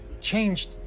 changed